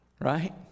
Right